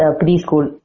preschool